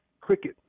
cricket